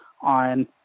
on